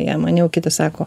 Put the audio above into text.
jam ane o kitas sako